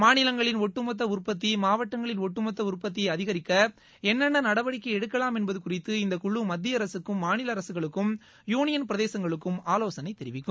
மாநிலங்களின் ஒட்டுமொத்த உற்பத்தி மாவட்டங்களின் ஒட்டுமொத்த உற்பத்தியை அதிகரிக்க என்னென்ன நடவடிக்கை எடுக்கலாம் என்பது குறித்து இந்தக் குழு மத்திய அரசுக்கும் மாநில அரசுகளுக்கும் யூனியன் பிரதேசங்களுக்கும் ஆலோசனை தெரிவிக்கும்